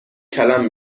کلم